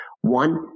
One